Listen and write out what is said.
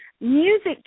music